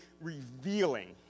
revealing